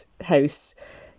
House